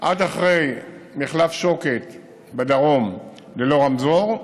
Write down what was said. עד אחרי מחלף שוקת בדרום ללא רמזור,